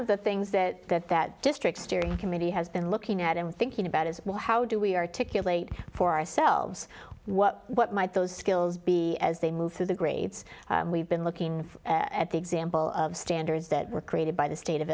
of the things that that district steering committee has been looking at and thinking about is well how do we articulate for ourselves what what might those skills be as they move through the grades we've been looking at the example of standards that were created by the state of